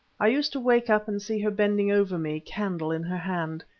i used to wake up and see her bending over me, a candle in her hand.